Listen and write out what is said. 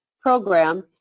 program